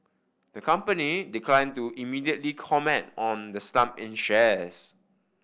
the company declined to immediately comment on the slump in shares